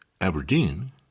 Aberdeen